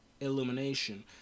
illumination